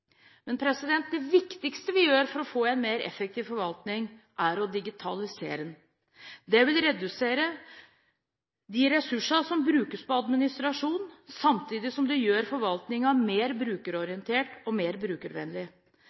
Men det viktigste vi gjør for å få en mer effektiv forvaltning, er å digitalisere den. Det vil redusere de ressursene som brukes på administrasjon, samtidig som det gjør forvaltningen mer brukerorientert og brukervennlig.